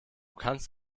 kannst